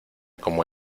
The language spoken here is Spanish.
como